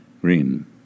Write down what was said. Green